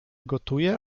gotuje